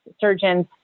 surgeons